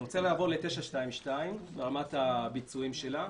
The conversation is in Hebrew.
אני רוצה לעבור ל-922 ברמת הביצועים שלה.